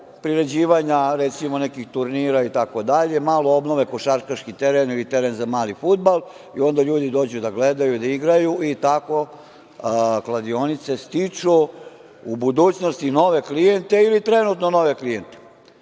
priređivanja nekih turnira, itd, malo obnove košarkaški teren ili teren za mali fudbal onda ljudi dođu da gledaju i da igraju, i tako kladionice stiču u budućnosti nove klijente ili trenutno nove klijente.A